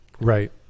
Right